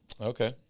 Okay